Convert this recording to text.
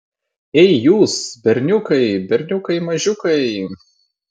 ei jūs berniukai berniukai mažiukai